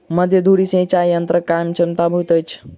मध्य धुरी सिचाई यंत्रक कार्यक्षमता बहुत होइत अछि